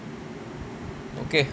okay